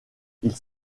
ils